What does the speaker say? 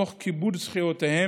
תוך כיבוד זכויותיהם,